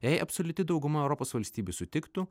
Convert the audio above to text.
jei absoliuti dauguma europos valstybių sutiktų